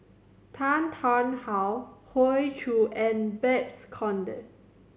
Tan Tarn How Hoey Choo and Babes Conde